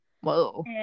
Whoa